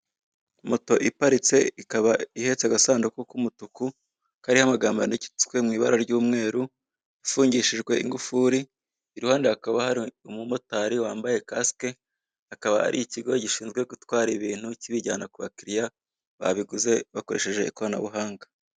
Moto iparitse ikaba ihetse agasanduku k'umutuku, kariho amagambo yanditswe mu ibara ry'umweru, ifungishijwe ingufuri, iruhande hakaba hari umumotari wambaye kasike akaba ari ikigo gishinzwe gutwara ibintu kibijyana ku bakiliya babiguze bakoresheje ikoranabuhanga.